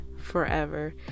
forever